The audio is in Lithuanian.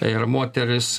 ir moterys